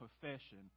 profession